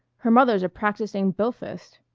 her mother's a practising bilphist,